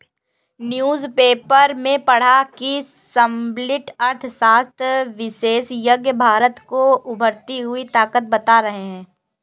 newspaper में पढ़ा की समष्टि अर्थशास्त्र विशेषज्ञ भारत को उभरती हुई ताकत बता रहे हैं